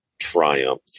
Triumph